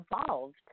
involved